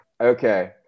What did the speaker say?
Okay